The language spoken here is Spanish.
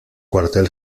cuartel